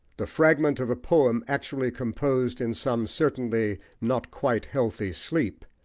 the fragment of a poem actually composed in some certainly not quite healthy sleep,